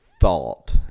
thought